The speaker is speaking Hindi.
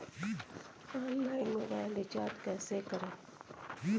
ऑनलाइन मोबाइल रिचार्ज कैसे करें?